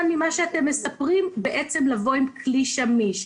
ממה שאתם מספרים עד שתגיעו עם כלי שמיש.